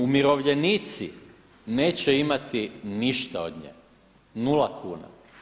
Umirovljenici neće imati ništa od nje, 0 kuna.